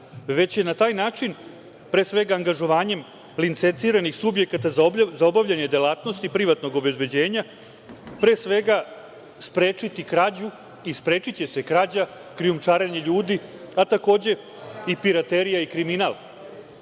već će na taj način, pre svega angažovanjem licenciranih subjekata za obavljanje delatnosti privatnog obezbeđenja, pre svega sprečiti krađu i sprečiće se krađa krijumčarenje ljudi, a takođe i piraterija i kriminal.